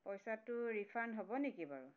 পইচাটো ৰিফাণ্ড হ'ব নেকি বাৰু